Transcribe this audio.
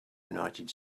united